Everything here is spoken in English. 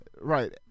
Right